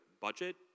budget